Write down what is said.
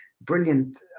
brilliant